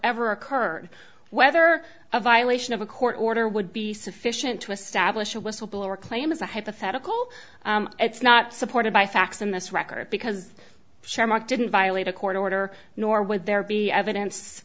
ever occurred whether a violation of a court order would be sufficient to establish a whistleblower claim as a hypothetical it's not supported by facts in this record because shamrock didn't violate a court order nor would there be evidence